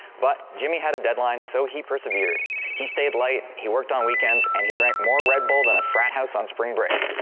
but jimmy had a deadline so he persevered he stayed late, he worked on weekends, and he drank more red bull than a frat house on spring break.